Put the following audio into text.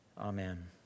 Amen